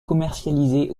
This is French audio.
commercialisé